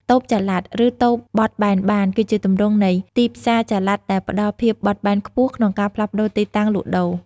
តូបចល័ត ឬ តូបបត់បែនបាន គឺជាទម្រង់នៃទីផ្សារចល័តដែលផ្តល់ភាពបត់បែនខ្ពស់ក្នុងការផ្លាស់ប្តូរទីតាំងលក់ដូរ។